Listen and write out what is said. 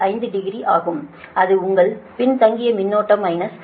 5 degree ஆகும் அது உங்கள் பின்தங்கிய மின்னோட்டம் மைனஸ் 36